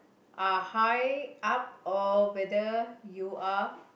are high up or whether you are